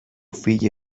fill